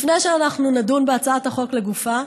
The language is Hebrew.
לפני שאנחנו נדון בהצעת החוק לגופה,